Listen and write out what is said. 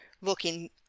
looking